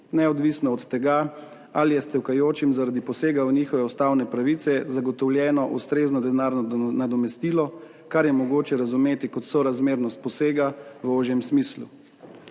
neodvisno od tega, ali je stavkajočim, zaradi posega v njihove ustavne pravice zagotovljeno ustrezno denarno nadomestilo, kar je mogoče razumeti kot sorazmernost posega v ožjem smislu.